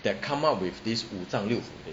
that come up with this 五脏六腑